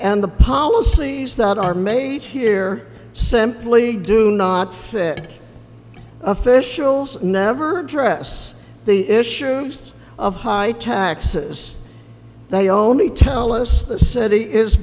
and the policies that are made here simply do not fit officials never address the issues of high taxes they only tell us the city is